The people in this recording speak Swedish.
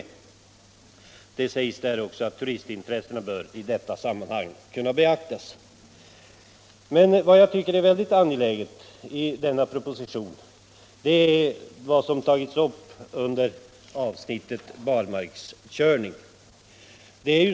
Det framhålls i propositionen också att turistintressena bör kunna beaktas i dessa sammanhang. Något som jag tycker är mycket angeläget i denna proposition är vad som tagits upp under avsnittet barmarkskörning.